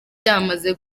byamaze